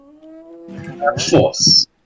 Force